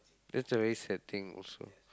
that's a very sad thing also